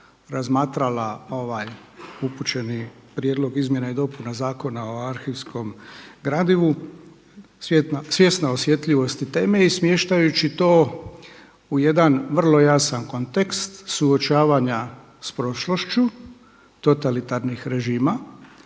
razmatrala ovaj upućeni Prijedlog izmjena i dopuna Zakona o arhivskom gradivu, svjesna osjetljivosti teme i smještajući to u jedan vrlo jasan kontekst suočavanja s prošlošću totalitarnih režima